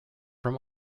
from